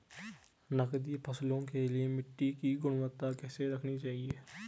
नकदी फसलों के लिए मिट्टी की गुणवत्ता कैसी रखनी चाहिए?